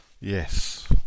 yes